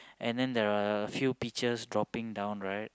and then the few peaches dropping down right